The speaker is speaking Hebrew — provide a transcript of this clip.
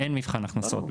אין מבחן הכנסות,